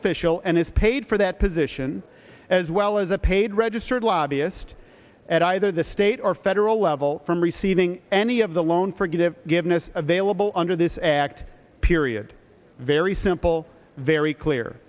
official and is paid for that position as well as a paid registered lobbyist at either the state or federal level from receiving any of the loan forgive given is available under this act period very soon all very clear